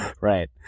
Right